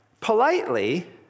politely